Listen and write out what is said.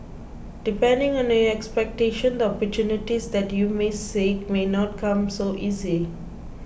depending on your expectations the opportunities that you may seek may not come so easy